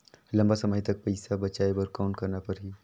लंबा समय तक पइसा बचाये बर कौन करना पड़ही?